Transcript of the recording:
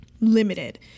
limited